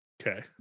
okay